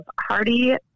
Hardy